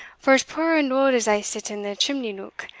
for as poor and auld as i sit in the chimney-neuk,